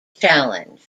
challenged